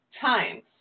times